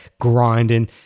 grinding